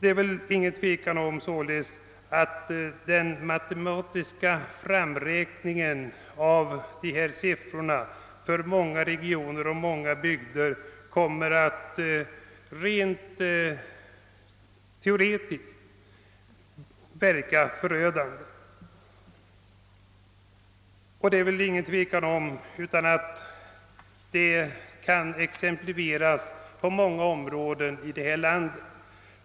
Det råder således inget tvivel om att den matematiska framräkningen av dessa siffror rent teoretiskt för många regioner och många bygder kommer att verka förödande. Det skulle inte vara svårt att anföra exempel härpå från många områden i landet.